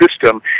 system